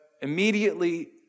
immediately